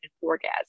orgasm